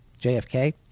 JFK